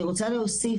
אני רוצה להוסיף,